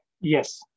yes